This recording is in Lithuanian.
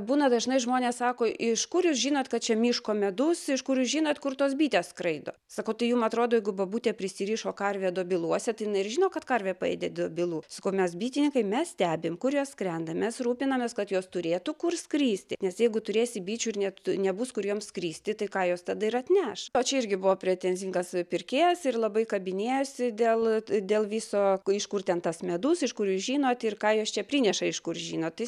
būna dažnai žmonės sako iš kur jūs žinot kad čia miško medus iš kur jūs žinot kur tos bitės skraido sakau tai jum atrodo jeigu bobutė prisirišo karvę dobiluose tai jinai ir žino kad karvė paėdė dobilų sakau mes bitininkai mes stebim kur jos skrenda mes rūpinamės kad jos turėtų kur skristi nes jeigu turėsi bičių ir net nebus kur jom skristi tai ką jos tada ir atneš o čia irgi buvo pretenzingas pirkėjas ir labai kabinėjosi dėl dėl viso iš kur ten tas medus iš kur jūs žinot ir ką jos čia prineša iš kur žinot tai